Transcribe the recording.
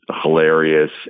hilarious